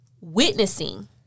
witnessing